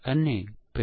પણ તે બગ નથી